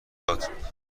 داد